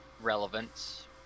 relevance